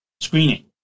screening